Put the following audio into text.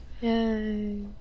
Yay